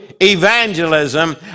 evangelism